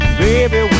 baby